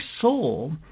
soul